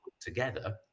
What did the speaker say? together